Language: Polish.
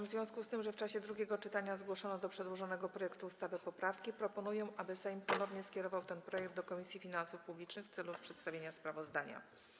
W związku z tym, że w czasie drugiego czytania zgłoszono do przedłożonego projektu ustawy poprawki, proponuję, aby Sejm ponownie skierował ten projekt do Komisji Finansów Publicznych w celu przedstawienia sprawozdania.